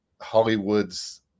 Hollywood's